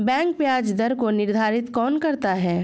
Bank ब्याज दर को निर्धारित कौन करता है?